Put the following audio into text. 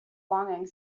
longing